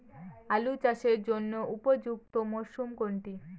আলু চাষের জন্য উপযুক্ত মরশুম কোনটি?